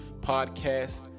Podcast